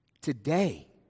today